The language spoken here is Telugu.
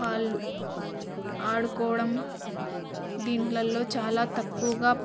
వాళ్ళు ఆడుకోవడం దీంట్లల్లో చాలా తక్కువగా